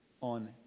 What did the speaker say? on